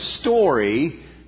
story